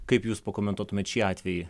kaip jūs pakomentuotumėt šį atvejį